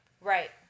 right